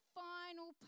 final